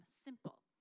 simple